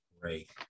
Great